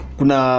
kuna